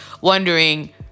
wondering